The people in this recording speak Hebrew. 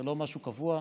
זה לא משהו קבוע,